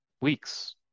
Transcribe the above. weeks